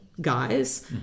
guys